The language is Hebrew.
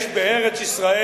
יש בארץ-ישראל